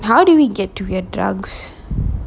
how do we get to the drugs